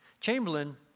Chamberlain